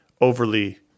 overly